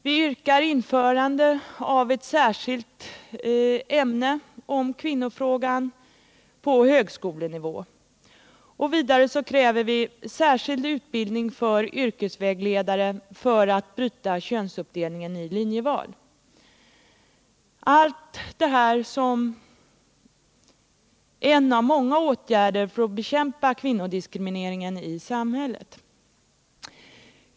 Vi yrkar införande av kvinnofrågan som ett särskilt ämne på högskolenivå. Vidare kräver vi särskild utbildning av yrkesvägledare för att bryta könsuppdelningen i samband med linjeval. Vår motion behandlar några av de många åtgärder som behövs för att bekämpa kvinnodiskrimineringen i samhället.